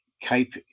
cape